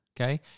okay